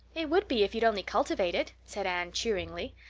it would be if you'd only cultivate it, said anne cheeringly.